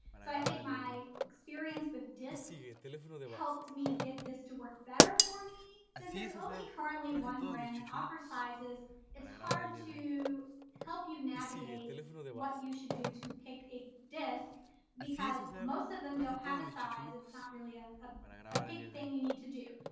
so i think my experience with discs helped me get this to work better for me. since there's only currently one brand that offers sizes it's hard to help you navigate what you should do to pick a disc because most of them don't have a size, it's not really ah ah a pick thing you need to do.